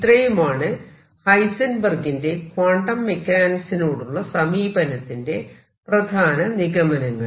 ഇത്രയുമാണ് ഹൈസെൻബെർഗിന്റെ ക്വാണ്ടം മെക്കാനിക്സിനോടുള്ള സമീപനത്തിന്റെ പ്രധാന നിഗമനങ്ങൾ